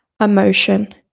emotion